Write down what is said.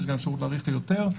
ויש גם אפשרות להאריך ליותר,